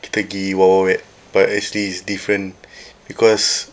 kita pergi wild wild wet but actually it's different because